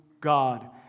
God